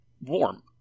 warm